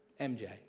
MJ